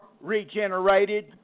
regenerated